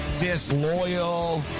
disloyal